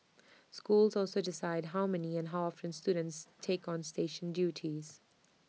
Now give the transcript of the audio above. schools also decide how many and how often students take on station duties